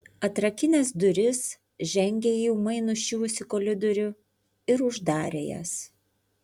atrakinęs duris žengė į ūmai nuščiuvusį koridorių ir uždarė jas